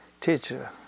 teacher